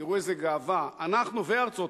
תראו איזו גאווה: אנחנו וארצות-הברית,